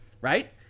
right